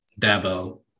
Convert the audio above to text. Dabo